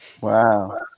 Wow